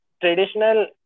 traditional